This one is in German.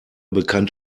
bekannt